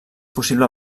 possible